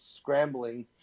scrambling